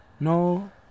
No